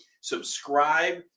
subscribe